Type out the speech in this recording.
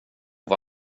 vad